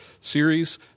series